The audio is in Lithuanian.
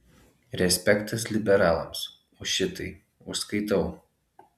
respektas liberalams už šitai užskaitau